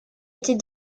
était